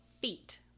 feet